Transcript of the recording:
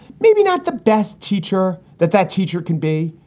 maybe not the best teacher that that teacher can be,